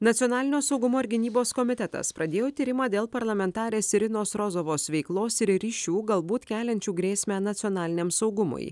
nacionalinio saugumo ir gynybos komitetas pradėjo tyrimą dėl parlamentarės irinos rozovos veiklos ir ryšių galbūt keliančių grėsmę nacionaliniam saugumui